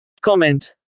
Comment